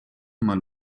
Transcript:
man